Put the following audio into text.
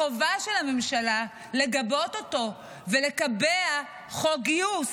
החובה של הממשלה לגבות אותו ולקבע חוק גיוס.